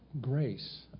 grace